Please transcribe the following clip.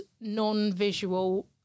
non-visual